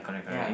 ya